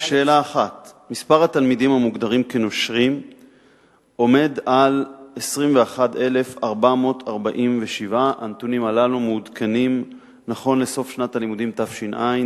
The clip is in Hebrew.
1. מספר התלמידים המוגדרים כנושרים עומד על 21,447. הנתונים האלה מעודכנים לסוף שנת הלימודים תש"ע,